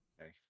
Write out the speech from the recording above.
okay